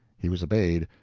he was obeyed.